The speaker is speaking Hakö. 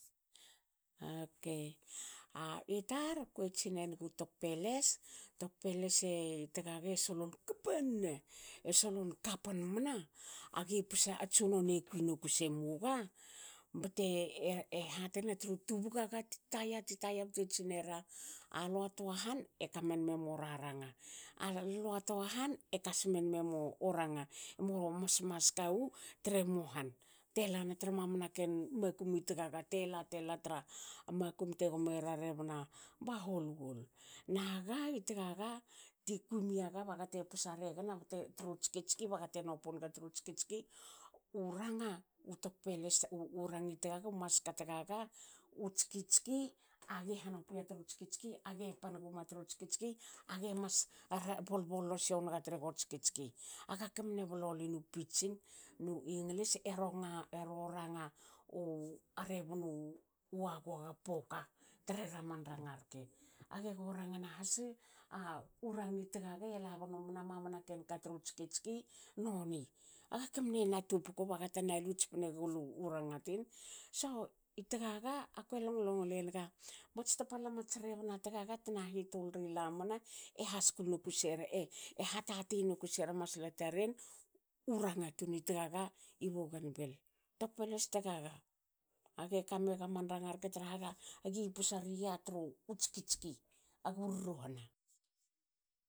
Okei a itar akue tsinenugu tok peles. tok peles i tagaga e solon kapan ne. e solon kapan mna- agi posa a tsunone kui noku semuga bte hatena tru tubu gaga ti taya ti taya bte tsinera lua toa han e kamnen me mo raranga. alua toa han e kasmen me mo ranga mo mas maska wutremu han telana tra mamana ken makumi tgaga tela tela tra makum te gomera ra rebna ba hol wol. Na ga i tgaga ti kui mia ga bagate posa regna tru tskitski bte nopu naga tru tskitski. u ranga u tokpeles u u ranga tgaga maska tgaga. u tski tski agi hanopui ya tru tskitski. age pan guma tru tskitski. age mas bol bollo siwange tre go tskitski aga kemne bolbolinu pidgin nu iglis. ero ranga u a rebna u wagoga/poka treroman ranga rke. Age go ranga nahas u rangi tagaga lagnomina mamana ken ka tru tskitski noni. Aga kemne na tupoko bagate mne nalu tspnegulu( ranga tin. So i tagaga akue long longle naga mats tapala mats rebna tgaga tna hitul ri lamana ena skul noku sere e hatati noku sera masla taren u ranga tan tgaga i bougainville, tok peles tagaga. Age kamegu man ranga rke traha agi posaria tru u tskitski agu ruruhana